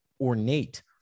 ornate